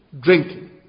drinking